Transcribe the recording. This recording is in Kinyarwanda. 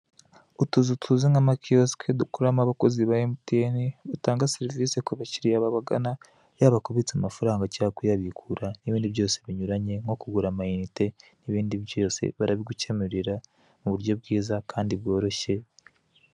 Utuzu tuzwi nk'amakiyosiki dukorerwamo n'abakozi ba emutiyeni, dutanga serivise kubakiriya babagana yaba kubitsa amafaranga cyangwa kuyabikura n'ibindi byose binyuranye nko kugura amayinite barabigukemurira mu buryo bwiza kandi bworoshye.